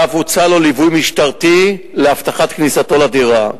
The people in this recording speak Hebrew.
ואף הוצע לו ליווי משטרתי לאבטחת כניסתו לדירה.